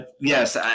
Yes